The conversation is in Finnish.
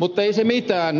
mutta ei se mitään